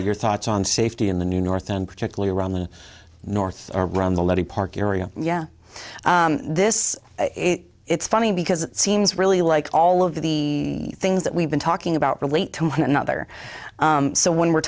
your thoughts on safety in the new north and particularly around the north around the levy park area yeah this is it's funny because it seems really like all of the things that we've been talking about relate to one another so when we're